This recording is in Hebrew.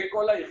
בכל היחידות.